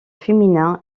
féminin